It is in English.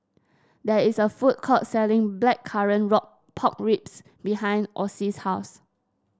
there is a food court selling blackcurrant work Pork Ribs behind Ocie's house